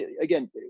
again